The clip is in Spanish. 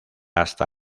hasta